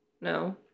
No